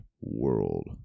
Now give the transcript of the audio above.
world